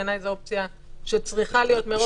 בעיניי זו אופציה שצריכה להיות מראש האופציה העיקרית.